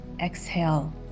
exhale